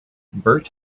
bert